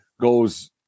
goes